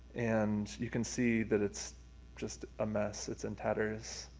and you can see that it's just a mess, it's in tatters.